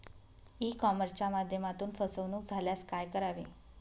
E कॉमर्सच्या माध्यमातून फसवणूक झाल्यास काय करावे?